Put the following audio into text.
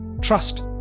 trust